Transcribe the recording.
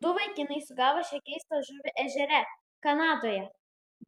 du vaikinai sugavo šią keistą žuvį ežere kanadoje